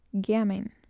gamming